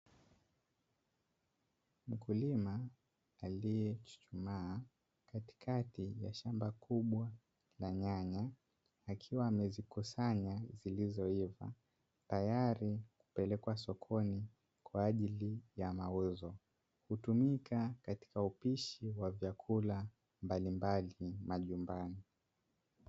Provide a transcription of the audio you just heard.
Mkulima aliyechuchumaa katikati ya shamba kubwa la nyanya, akiwa amezikusanya zilizoiva tayari kupelekwa sokoni kwa ajili ya mauzo. Hutumika katika upishi wa vyakula mbalimbali majumbani.